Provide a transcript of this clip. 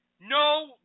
no